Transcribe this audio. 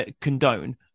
condone